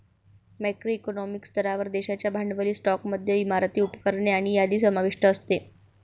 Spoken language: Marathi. मॅक्रो इकॉनॉमिक स्तरावर, देशाच्या भांडवली स्टॉकमध्ये इमारती, उपकरणे आणि यादी समाविष्ट असते